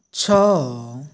ଛଅ